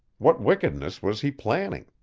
what wickedness was he planning?